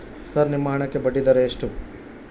Sir ನಿಮ್ಮ ಹಣಕ್ಕೆ ಬಡ್ಡಿದರ ಎಷ್ಟು?